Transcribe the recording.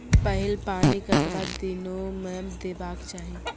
पहिल पानि कतबा दिनो म देबाक चाही?